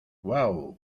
uau